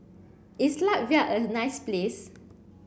is Latvia a nice place